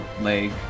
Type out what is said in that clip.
leg